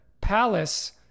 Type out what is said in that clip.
Palace